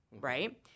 right